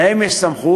להם יש סמכות,